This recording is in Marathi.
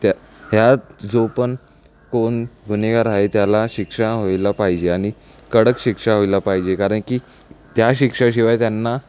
त्या त्यात जो पण कोण गुन्हेगार आहे त्याला शिक्षा व्हायला पाहिजे आणि कडक शिक्षा व्हायला पाहिजे कारण की त्या शिक्षाशिवाय त्यांना